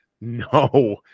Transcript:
no